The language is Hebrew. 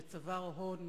שצבר הון,